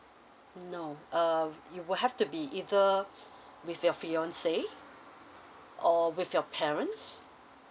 no uh you will have to be either with your fiancée or with your parents